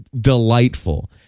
delightful